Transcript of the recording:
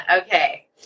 Okay